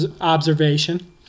observation